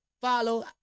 follow